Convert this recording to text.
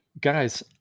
guys